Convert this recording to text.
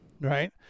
right